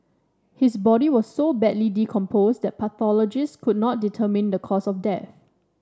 his body was so badly decomposed that pathologists could not determine the cause of death